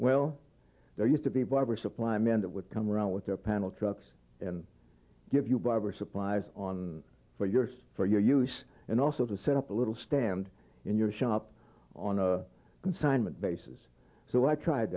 well there used to be part of our supply men that would come around with their panel trucks and give you barber supplies on for years for your use and also to set up a little stand in your shop on a consignment basis so i tried